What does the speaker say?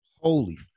holy